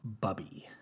Bubby